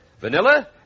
vanilla